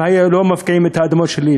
אם לא היו מפקיעים את האדמות שלי,